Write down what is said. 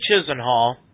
Chisenhall